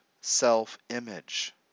self-image